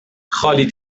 خالی